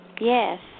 Yes